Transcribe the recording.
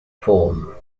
form